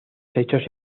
hechos